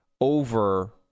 over